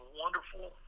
wonderful